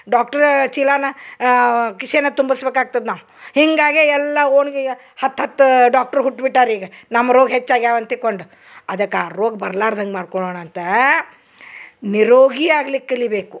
doctor ಚೀಲಾನ ಕಿಶೆನ ತುಂಬಸ್ಬಕು ಆಗ್ತದ ನಾವು ಹೀಗಾಗೆ ಎಲ್ಲ ಓಣ್ಗಿಯ ಹತ್ತು ಹತ್ತು ಡಾಕ್ಟ್ರ್ ಹುಟ್ಬಿಟ್ಟಾರ ಈಗ ನಮ್ಮ ರೋಗ ಹೆಚ್ಚಾಗ್ಯಾವ ಅಂತ ತಿಕೊಂಡು ಅದಕ್ಕೆ ಆ ರೋಗ ಬರ್ಲಾರ್ದಂಗೆ ಮಾಡ್ಕೊಳೋಣ ಅಂತಾ ನಿರೋಗಿ ಆಗ್ಲಿಕ್ಕೆ ಕಲಿಯಬೇಕು